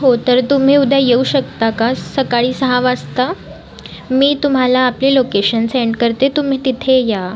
हो तर तुम्ही उद्या येऊ शकता का सकाळी सहा वाजता मी तुम्हाला आपले लोकेशन सेंड करते तुम्ही तिथे या